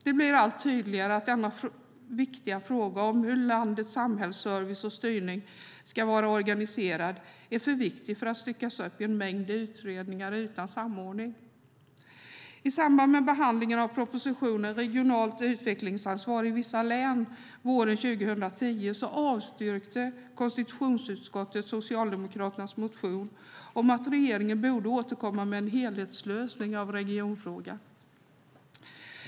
Det blir allt tydligare att denna viktiga fråga om hur landets samhällsservice och styrning ska vara organiserad är för viktig för att styckas upp i en mängd utredningar utan samordning. I samband med behandlingen av propositionen Regionalt utvecklingsansvar i vissa län våren 2010 avstyrkte konstitutionsutskottet Socialdemokraternas motion om att regeringen borde återkomma med en helhetslösning av regionfrågan.